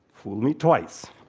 fool me twice.